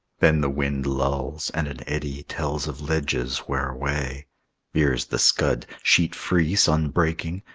then the wind lulls, and an eddy tells of ledges, where away veers the scud, sheet free, sun breaking,